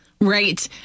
Right